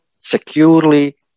securely